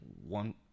one